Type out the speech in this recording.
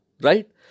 right